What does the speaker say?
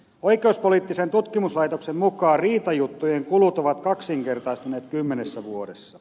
oikeuspoliittisen tutkimuslaitoksen mukaan riitajuttujen kulut ovat kaksinkertaistuneet kymmenessä vuodessa